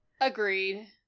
agreed